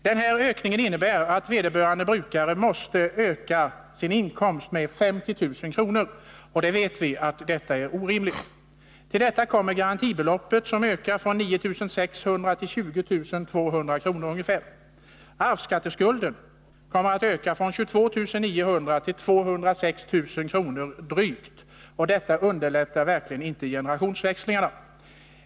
Denna ökning innebär att vederbörande brukare måste öka sin inkomst med 50 000 kr. Detta är orimligt. Till detta kommer att garantibeloppet ökar från 9 600 till ungefär 20 200 kr. Arvsskatteskulden kommer att öka från 22 900 till drygt 206 000 kr. Detta underlättar verkligen inte generationsväxlingarna.